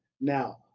Now